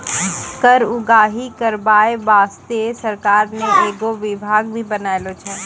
कर उगाही करबाय बासतें सरकार ने एगो बिभाग भी बनालो छै